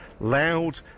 loud